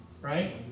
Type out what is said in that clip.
right